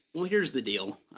yeah here is the deal.